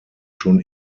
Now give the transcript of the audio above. schon